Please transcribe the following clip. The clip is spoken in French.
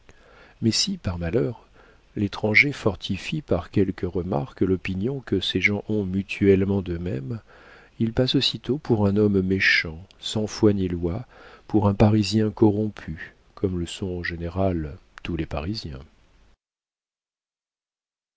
mais si par malheur l'étranger fortifie par quelque remarque l'opinion que ces gens ont mutuellement d'eux-mêmes il passe aussitôt pour un homme méchant sans foi ni loi pour un parisien corrompu comme le sont en général tous les parisiens